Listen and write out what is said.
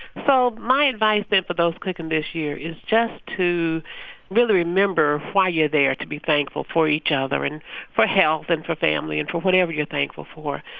so my advice is for those cooking this year is just to really remember why you're there to be thankful for each other and for health and for family and for whatever you're thankful for.